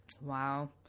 wow